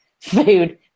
food